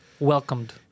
welcomed